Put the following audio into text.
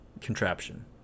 contraption